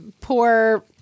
poor